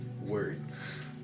words